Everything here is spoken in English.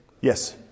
Yes